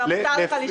מותר לך להישאר?